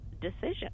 decision